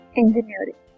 engineering